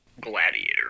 gladiator